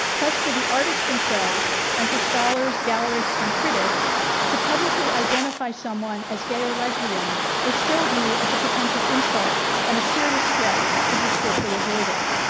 so as for the artists themselves, and for scholars, galleries, and critics to publicly identify someone as gay or lesbian was still viewed as a potential insult and a serious threat to be strictly avoided.